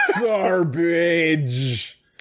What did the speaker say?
garbage